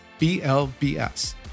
BLBS